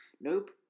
Nope